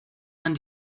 man